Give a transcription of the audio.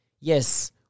Yes